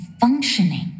functioning